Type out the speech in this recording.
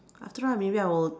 I think maybe I will